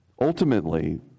ultimately